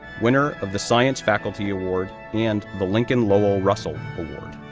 winner of the science faculty award and the lincoln lowell russell award,